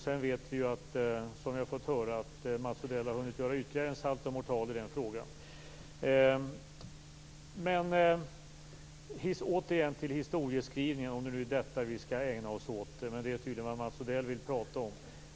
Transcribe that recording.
Som vi har fått höra har Mats Odell hunnit göra ytterligare en saltomortal i den frågan. Återigen till historieskrivningen, om det nu är detta vi skall ägna oss åt, men det är tydligen vad Mats Odell vill tala om.